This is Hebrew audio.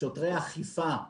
שוטרי אכיפה,